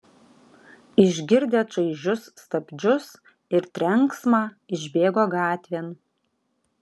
išgirdę čaižius stabdžius ir trenksmą išbėgo gatvėn